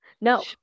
no